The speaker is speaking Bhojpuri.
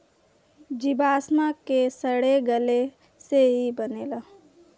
जीवाश्म के सड़े गले से ई बनेला